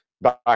back